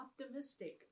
optimistic